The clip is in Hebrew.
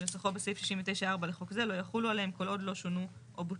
כנוסחו בסעיף 69(4) לחוק זה לא יחולו עליהם כל עוד לא שונו או בוטלו.